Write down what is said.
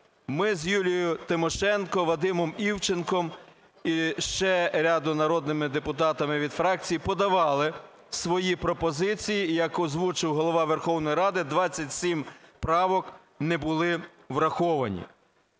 ми з Юлією Тимошенко, Вадимом Івченком і ще рядом народних депутатів від фракції подавали свої пропозиції. Як озвучив Голова Верховної Ради, 27 правок не були враховані.